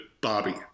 Bobby